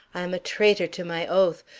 i am a traitor to my oath,